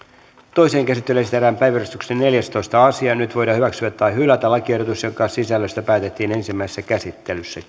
toiseen käsittelyyn esitellään päiväjärjestyksen neljästoista asia nyt voidaan hyväksyä tai hylätä lakiehdotus jonka sisällöstä päätettiin ensimmäisessä käsittelyssä